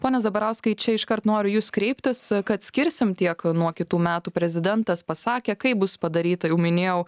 pone zabarauskai čia iškart noriu į jus kreiptis kad skirsime tiek nuo kitų metų prezidentas pasakė kai bus padaryta jau minėjau